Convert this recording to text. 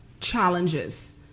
challenges